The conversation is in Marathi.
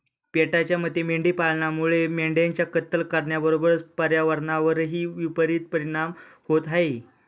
पेटाच्या मते मेंढी पालनामुळे मेंढ्यांची कत्तल करण्याबरोबरच पर्यावरणावरही विपरित परिणाम होत आहे